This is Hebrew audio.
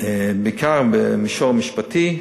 בעיקר במישור המשפטי,